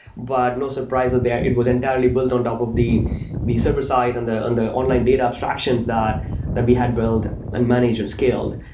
but no surprise that it was entirely built on top of the the server side and the and online data abstractions that that we had built and managed and scaled.